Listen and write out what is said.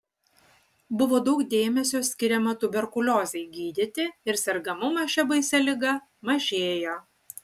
buvo daug dėmesio skiriama tuberkuliozei gydyti ir sergamumas šia baisia liga mažėjo